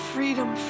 Freedom